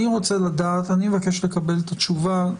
אני מבקש לקבל את התשובה,